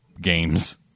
games